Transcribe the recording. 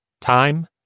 Time